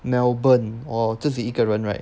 melbourne 我自己一个人 right